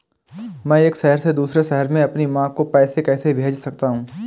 मैं एक शहर से दूसरे शहर में अपनी माँ को पैसे कैसे भेज सकता हूँ?